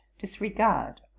disregard